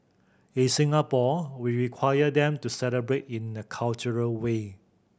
in Singapore we require them to celebrate in a cultural way